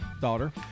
daughter